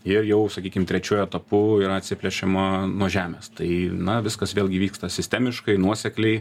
ir jau sakykim trečiuoju etapu yra atsipliašima nuo žemės tai na viskas vėlgi vyksta sistemiškai nuosekliai